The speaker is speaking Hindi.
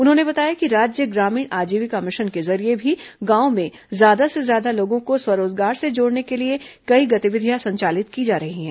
उन्होंने बताया कि राज्य ग्रामीण आजीविका मिशन के जरिये भी गांवों में ज्यादा से ज्यादा लोगों को स्वरोजगार से जोड़ने के लिए कई गतिविधियां संचालित की जा रही हैं